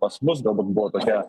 pas mus galbūt buvo tokia